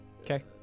Okay